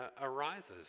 arises